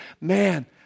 man